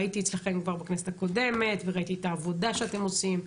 והייתי אצלכם כבר בכנסת הקודמת וראיתי את העבודה שאתם עושים,